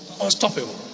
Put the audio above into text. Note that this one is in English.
unstoppable